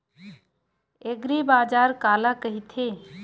एग्रीबाजार काला कइथे?